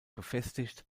befestigt